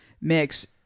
mix